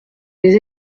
les